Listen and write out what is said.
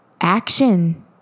action